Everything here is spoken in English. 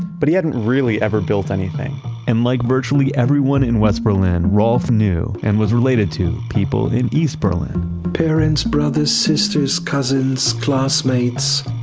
but he hadn't really ever built anything and like virtually everyone in west berlin, ralph knew and was related to people in east berlin parents, brothers, sisters, cousins, classmates.